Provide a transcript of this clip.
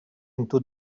into